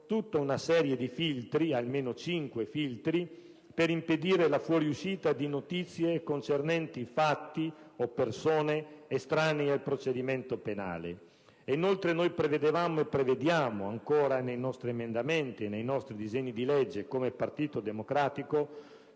una serie di filtri (almeno cinque) per impedire la fuoriuscita di notizie concernenti fatti o persone estranee al procedimento penale. Inoltre, prevediamo nei nostri emendamenti e nei nostri disegni di legge, come Partito Democratico,